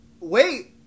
wait